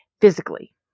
physically